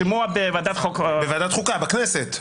השימוע בוועדת החוקה, בכנסת.